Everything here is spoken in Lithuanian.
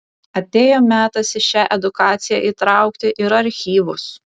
atėjo metas į šią edukaciją įtraukti ir archyvus